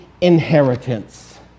inheritance